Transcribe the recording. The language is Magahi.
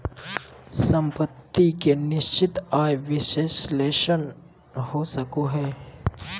सम्पत्ति के निश्चित आय विश्लेषण हो सको हय